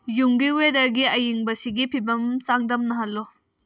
ꯌꯨꯝꯒꯤ ꯋꯦꯗꯔꯒꯤ ꯑꯏꯪꯕꯁꯤꯒꯤ ꯐꯤꯕꯝ ꯆꯥꯡꯗꯝꯅꯍꯜꯂꯨ